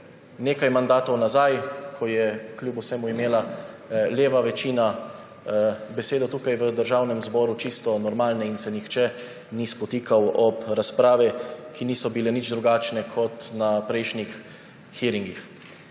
nekaj mandatov nazaj, ko je kljub vsemu imela leva večina besedo tukaj v Državnem zboru, čisto normalne in se nihče ni spotikal ob razprave, ki niso bile nič drugačne kot na prejšnjih hearingih.